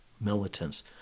militants